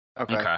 Okay